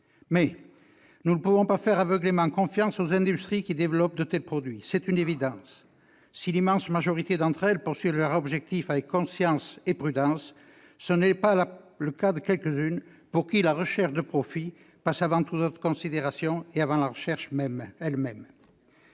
Nous ne pouvons pas faire aveuglément confiance aux industries qui développent de tels produits, c'est une évidence. Si l'immense majorité d'entre elles poursuivent leurs objectifs avec conscience et prudence, tel n'est pas le cas de quelques-unes, pour qui la recherche du profit passe avant toute autre considération. Toutefois, nous ne